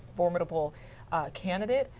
formidable candidate?